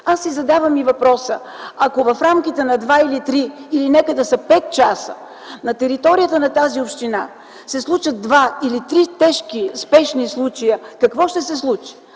Аз си задавам и въпроса: ако в рамките на два или три, или нека да са пет часа, на територията на тази община се случат два или три тежки спешни случаи, какво ще се случи?